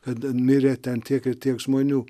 kada mirė ten tiek ir tiek žmonių